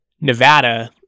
Nevada